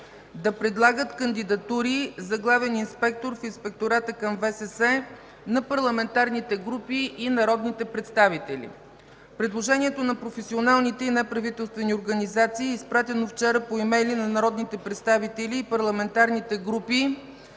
да предлагат кандидатури за главен инспектор в Инспектората към ВСС на парламентарните групи и народните представители.” Предложението на професионалните и неправителствени организации е изпратено вчера по имейли на народни представители и парламентарните групи,